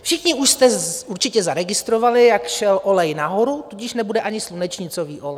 Všichni už jste určitě zaregistrovali, jak šel olej nahoru, tudíž nebude ani slunečnicový olej.